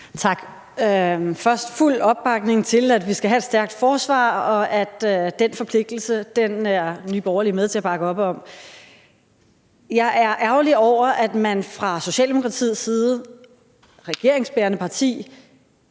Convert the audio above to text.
Tak. Først fuld opbakning til, at vi skal have et stærkt forsvar, og den forpligtelse er Nye Borgerlige med til at bakke op om. Jeg er ærgerlig over, at man fra Socialdemokratiets side, et regeringsbærende parti,